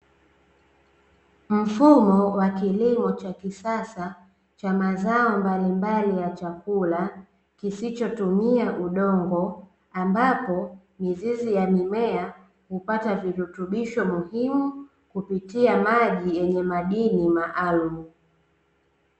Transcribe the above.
Mfumo wa kilimo cha kisasa cha mazao mbalimbali ya chakula kisichotumia udongo ambapo mizizi ya mimea kupata virutubisho muhimu kupitia maji yenye madini maalum.